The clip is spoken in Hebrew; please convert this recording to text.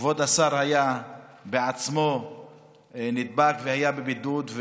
כבוד השר בעצמו נדבק והיה בבידוד,